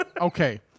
okay